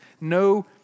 no